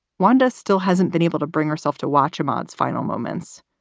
wanda still hasn't been able to bring herself to watch a man's final moments.